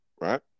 right